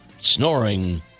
snoring